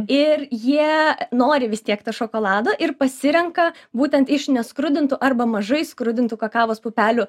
ir jie nori vis tiek to šokolado ir pasirenka būtent iš neskrudintų arba mažai skrudintų kakavos pupelių